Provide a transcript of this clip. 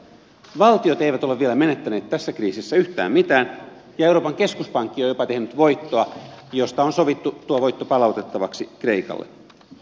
valtiot eivät ole vielä menettäneet tässä kriisissä yhtään mitään ja euroopan keskuspankki on jopa tehnyt voittoa josta on sovittu tuo voitto palautettavaksi kreikalle